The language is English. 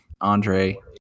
andre